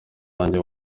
wanjye